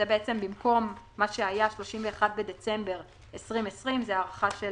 זה במקום מה שהיה 31 בדצמבר 2020 הארכה של